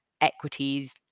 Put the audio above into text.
equities